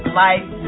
life